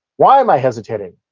why am i hesitating?